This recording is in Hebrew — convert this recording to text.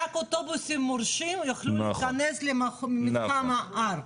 רק אוטובוסים מורשים יוכלו להיכנס למתחם ההר?